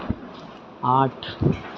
आठ